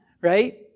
Right